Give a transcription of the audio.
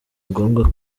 ngombwa